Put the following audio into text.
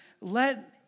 let